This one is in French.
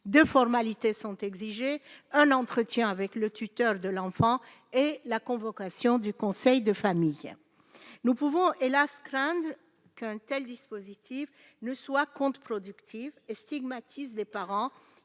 des formalités sont exigés, un entretien avec le tuteur de l'enfant et la convocation du conseil de famille nous pouvons hélas craindre qu'un telle dispositifs ne soient contre productive et stigmatise des parents